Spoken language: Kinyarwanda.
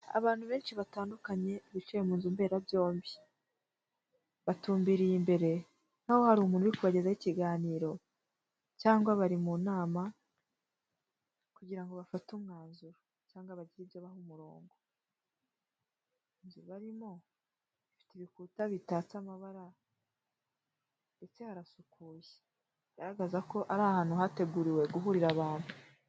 Abantu benshi batandukanye bicaye mu nzu mberabyombi, batumbiriye imbere nk'aho hari umuntu uri kubagezaho ikiganiro cyangwa, bari mu nama kugira ngo bafate umwanzuro cyangwa bagire ibyo baha umurongo, inzu barimo ifite ibikuta bitatse amabara ndetse harasukuye, bigaragaza ko ari ahantu hateguriwe guhurira abantu.